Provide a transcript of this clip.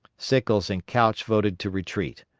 sickles and couch voted to retreat.